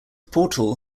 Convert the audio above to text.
portal